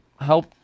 help